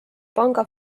panga